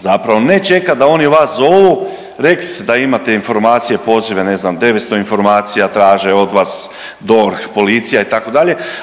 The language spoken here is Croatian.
zapravo. Ne čekati da oni vas zovu, rekli ste da imate informacije, pozive, ne znam, 900 informacija traže od vas, DORH, policija, itd.,